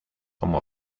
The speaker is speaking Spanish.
como